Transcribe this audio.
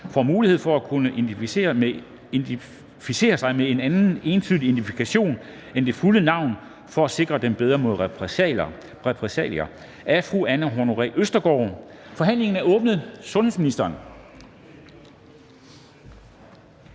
får mulighed for at kunne blive identificeret med en anden entydig identifikation end det fulde navn, for at sikre dem bedre mod repressalier. Af Anne Honoré Østergaard (V) m.fl. (Fremsættelse